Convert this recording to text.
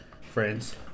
friends